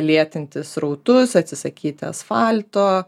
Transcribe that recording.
lėtinti srautus atsisakyti asfalto